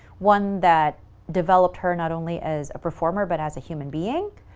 one that developed her not only as a performer, but as a human being,